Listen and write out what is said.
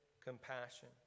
compassion